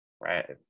right